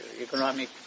economic